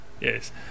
Yes